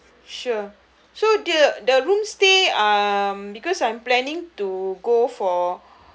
sure so the the room stay um because I'm planning to go for